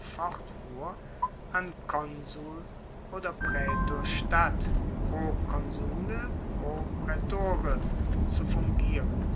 fortfuhr an konsul oder praetor statt pro consule pro praetore zu fungieren